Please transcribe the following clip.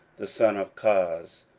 the son of koz.